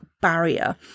barrier